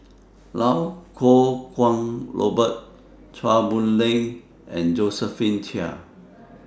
Iau Kuo Kwong Robert Chua Boon Lay and Josephine Chia